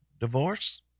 divorce